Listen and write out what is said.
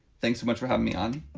thanks so much for having me on.